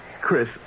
Chris